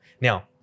Now